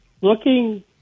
looking